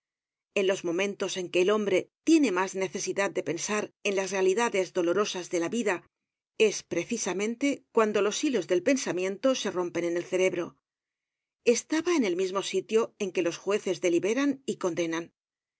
en los momentos en que el hombre tiene mas necesidad de pensar en las realidades dolorosas de la vida es precisamente cuando los hilos del pensamiento se rompen en el cerebro estaba en el mismo sitio en que los jueces deliberan y condenan